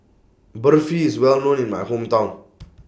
Barfi IS Well known in My Hometown